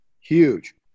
huge